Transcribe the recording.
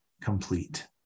complete